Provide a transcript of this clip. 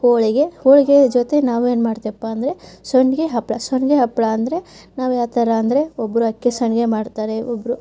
ಹೋಳಿಗೆ ಹೋಳಿಗೆಯ ಜೊತೆ ನಾವು ಏನು ಮಾಡ್ತೇವಪ್ಪ ಅಂದರೆ ಸೊಂಡಿಗೆ ಹಪ್ಪಳ ಸೊಂಡಿಗೆ ಹಪ್ಪಳ ಅಂದರೆ ನಾವು ಯಾವ ಥರ ಅಂದರೆ ಒಬ್ಬರು ಅಕ್ಕಿ ಸಂಡಿಗೆ ಮಾಡ್ತಾರೆ ಒಬ್ಬರು